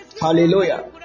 Hallelujah